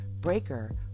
Breaker